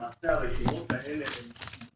הרשימות האלה הן